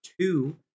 two